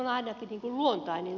arvoisa puhemies